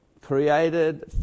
created